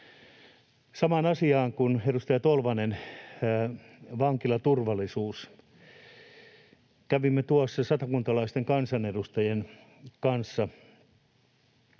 Samaan asiaan kuin edustaja Tolvanen, vankilaturvallisuus. Kävimme tuossa satakuntalaisten kansanedustajien kanssa